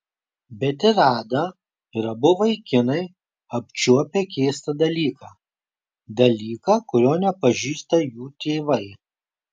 bet ir ada ir abu vaikinai apčiuopę keistą dalyką dalyką kurio nepažįsta jų tėvai